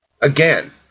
Again